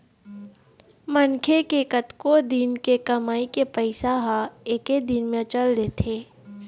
मनखे के कतको दिन के कमई के पइसा ह एके दिन म चल देथे